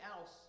else